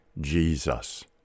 Jesus